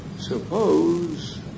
Suppose